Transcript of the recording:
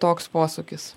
toks posūkis